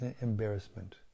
embarrassment